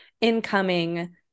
incoming